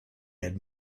had